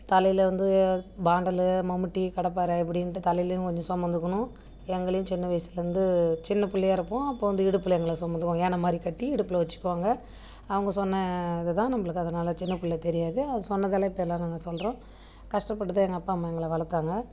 தலையில் வந்து பாண்டலு மமுட்டி கடப்பாரை இப்படின்ட்டு தலைலேயும் கொஞ்சம் சுமந்துக்கிணும் எங்களையும் சின்ன வயிசுலேந்து சின்ன பிள்ளையா இருப்போம் அப்போது வந்து இடுப்பில் எங்களை சுமந்துப்பாங்க யானை மாதிரி கட்டி இடுப்பில் வைச்சிக்குவாங்க அவங்க சொன்னது இது தான் நம்மளுக்கு அதனால் சின்ன பிள்ள தெரியாது அது சொன்னதெல்லாம் இப்போ எல்லோரும் அதை சொல்கிறோம் கஷ்டப்பட்டு தான் எங்கள் அப்பா அம்மா எங்களை வளர்த்தாங்க